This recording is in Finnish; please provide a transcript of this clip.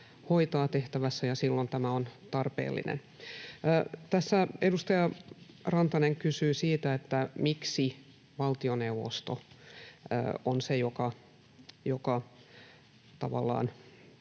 hoitaa tehtävässä, ja silloin tämä on tarpeellinen. Tässä edustaja Rantanen kysyi siitä, miksi valtioneuvosto on se, joka tavallaan